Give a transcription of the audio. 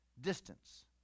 distance